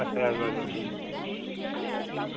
अच्छा ऐतवारें बंद बी होंदी